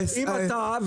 אם אתה,